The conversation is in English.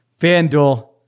FanDuel